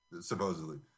Supposedly